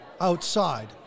outside